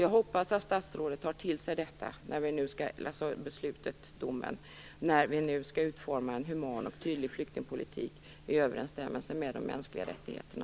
Jag hoppas att statsrådet tar till sig domen när vi nu skall utforma en human och tydlig flyktingpolitik i överensstämmelse med de mänskliga rättigheterna.